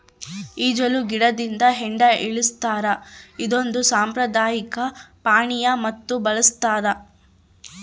ಈಚಲು ಗಿಡದಿಂದ ಹೆಂಡ ಇಳಿಸ್ತಾರ ಇದೊಂದು ಸಾಂಪ್ರದಾಯಿಕ ಪಾನೀಯ ಮತ್ತು ಬರಸ್ತಾದ